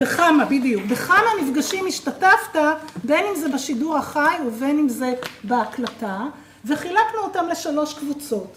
בכמה, בדיוק, בכמה מפגשים השתתפת, בין אם זה בשידור החי ובין אם זה בהקלטה, וחילקנו אותם לשלוש קבוצות...